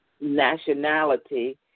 nationality